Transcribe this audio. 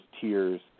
tiers